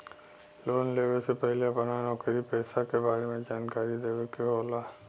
Loan लेवे से पहिले अपना नौकरी पेसा के बारे मे जानकारी देवे के होला?